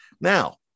Now